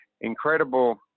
incredible